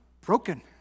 broken